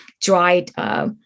dried